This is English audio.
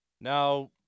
Now